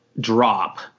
drop